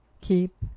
keep